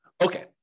Okay